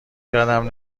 کردم